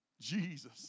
Jesus